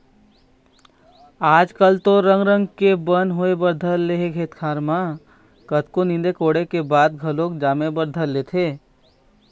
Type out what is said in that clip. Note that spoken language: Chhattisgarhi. आज कल तो रंग रंग के बन होय बर धर ले हवय खेत खार म कतको नींदे कोड़े के बाद घलोक जामे बर धर लेथे